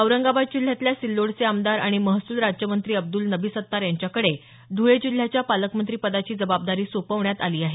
औरंगाबाद जिल्ह्यातल्या सिल्लोडचे आमदार आणि महसूल राज्यमंत्री अब्दल नबी सत्तार यांच्याकडे धूळे जिल्ह्याच्या पालकमंत्री पदाची जबाबदारी सोपवण्यात आली आहे